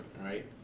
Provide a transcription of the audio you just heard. right